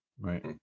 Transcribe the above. Right